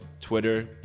Twitter